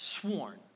sworn